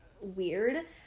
weird